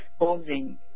exposing